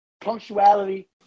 punctuality